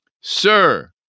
Sir